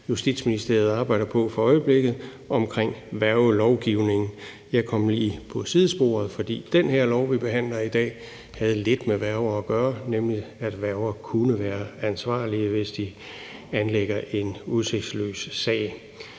Justitsministeriet arbejder på for øjeblikket omkring værgelovgivning. Jeg kom ind på det sidespor, fordi den her lov vi behandler i dag, har lidt med værger at gøre, nemlig at værger kan være ansvarlige, hvis de anlægger en udsigtsløs sag.